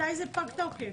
מתי פג התוקף של זה?